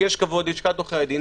ויש כבוד ללשכת עורכי הדין,